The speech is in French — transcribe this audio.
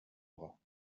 bras